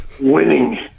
winning